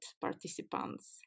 participants